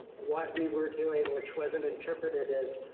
what we were doing, which wasn't interpreted as.